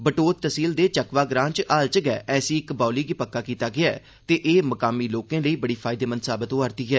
बटोत तैह्सील दे चकवा ग्रां च हाल च गै ऐसी इक बौली गी पक्का कीता गेआ ऐ ते एह् मुकामी लोकें लेई बड़ी फायदेमंद साबत होआ'रदी ऐ